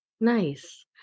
Nice